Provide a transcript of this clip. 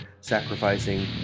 sacrificing